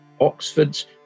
Oxford's